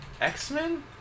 X-Men